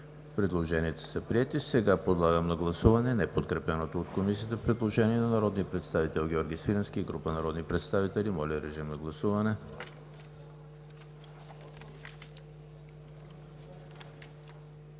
Предложенията са приети. Подлагам на гласуване неподкрепеното от Комисията предложение на народния представител Георги Свиленски и група народни представители. Гласували